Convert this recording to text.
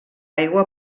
aigua